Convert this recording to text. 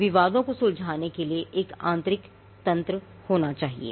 विवादों को सुलझाने के लिए एक आंतरिक तंत्र होना चाहिए